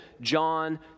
John